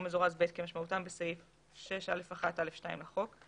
מזורז ב' כמשמעותך בסעיף 6א1(א)(2) לחוק".